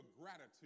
gratitude